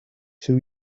too